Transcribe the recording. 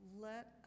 Let